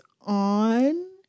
on